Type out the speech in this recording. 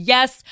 Yes